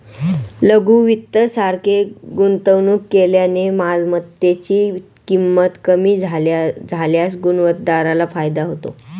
लघु वित्त सारखे गुंतवणूक केल्याने मालमत्तेची ची किंमत कमी झाल्यास गुंतवणूकदाराला फायदा होतो